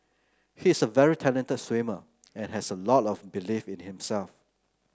he is a very talented swimmer and has a lot of belief in himself